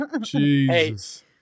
Jesus